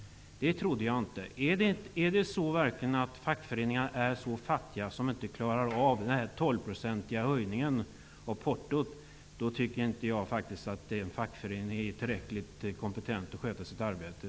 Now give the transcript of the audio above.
Det trodde jag inte. Är fackföreningarna verkligen så fattiga att de inte klarar en 12 % höjning av portot, så tycker jag faktiskt inte att fackföreningarna är tillräckligt kompetenta att sköta sitt arbete.